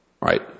right